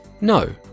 no